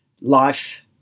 life